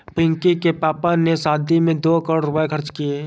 पिंकी के पापा ने शादी में दो करोड़ रुपए खर्च किए